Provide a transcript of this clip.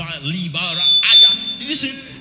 Listen